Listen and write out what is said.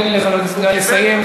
תן לחבר הכנסת גל לסיים,